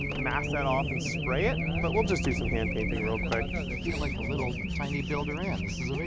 mask that off and spray it, but we'll just do some hand painting real quick. i feel like a little tiny builder ant, this is i mean